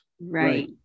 Right